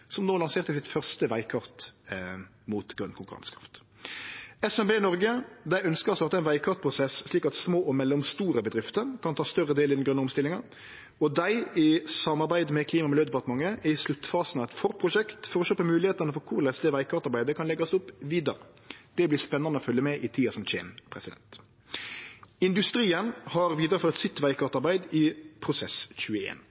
som no lanserte sitt første vegkart mot grøn konkurransekraft. SMB Norge ønskjer ein vegkartprosess slik at små og mellomstore bedrifter kan ta større del i den grøne omstillinga, og dei – i samarbeid med Klima- og miljødepartementet – er i sluttfasen av eit forprosjekt for å sjå på moglegheitene for korleis det vegkartarbeidet kan leggjast opp vidare. Det vert spennande å følgje med på i tida som kjem. Industrien har vidareført sitt